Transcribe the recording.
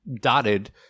dotted